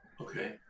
Okay